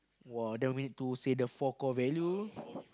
!wah! then we need to say the four core value